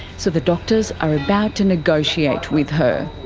so the doctors are about to negotiate with her.